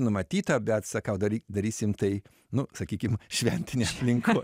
numatyta bet sakau dary darysim tai nu sakykim šventinėj aplinkoj